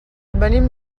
venim